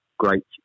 great